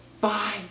bye